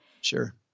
Sure